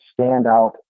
standout